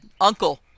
uncle